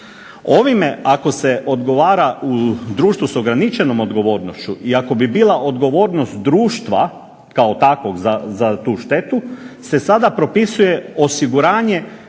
Ovime, ako se odgovara u društvu s ograničenom odgovornošću, i ako bi bila odgovornost društva kao takvog za tu štetu, se sada propisuje osiguranje